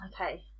Okay